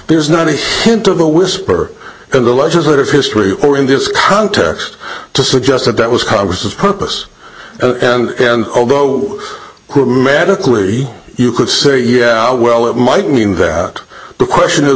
there's not a hint of a whisper in the legislative history or in this context to suggest that that was congress's purpose and then go medically you could say yeah well it might mean that the question is